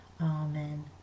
Amen